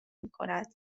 میکند